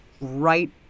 right